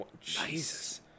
Jesus